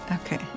Okay